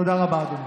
תודה רבה, אדוני.